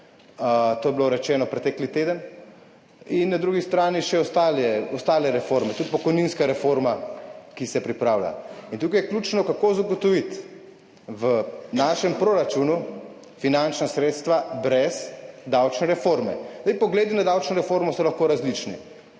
To je bilo rečeno pretekli teden. In na drugi strani še ostale reforme. Tudi pokojninska reforma, ki se pripravlja. In tukaj je ključno, kako zagotoviti v našem proračunu finančna sredstva brez davčne reforme. Pogledi na davčno reformo so lahko različni.